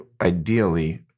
ideally